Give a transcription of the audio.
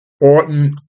Orton